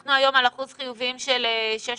אנחנו היום על אחוז חיוביים של 6.6,